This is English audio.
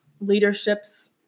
leadership's